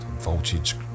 Voltage